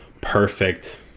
perfect